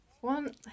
one